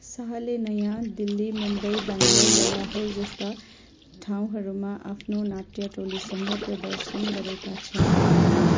शाहले नयाँ दिल्ली मुम्बई बेङ्गलोर र लाहोर जस्ता ठाउँहरूमा आफ्नो नाट्य टोलीसँग प्रदर्शन गरेका छन्